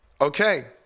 Okay